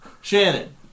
Shannon